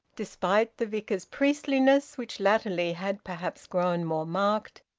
despite the vicar's priestliness, which latterly had perhaps grown more marked,